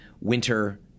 winter –